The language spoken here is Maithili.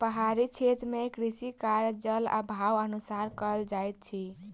पहाड़ी क्षेत्र मे कृषि कार्य, जल अभावक अनुसार कयल जाइत अछि